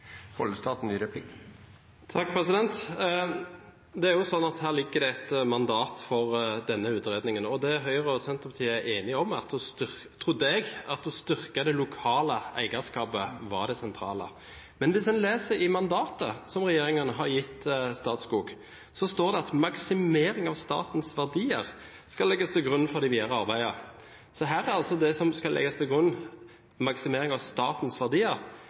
Det er et mandat for denne utredningen. Jeg trodde Høyre og Senterpartiet var enige om at det å styrke det lokale eierskapet var det sentrale. Men hvis en leser i mandatet som regjeringen har gitt Statskog, står det at maksimering av statens verdier skal legges til grunn for det videre arbeidet. Her er altså det som skal legges til grunn, maksimering av statens verdier.